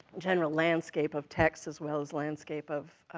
general landscape of text, as well as landscape of